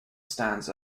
stands